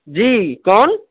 جی کون